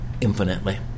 infinitely